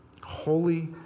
Holy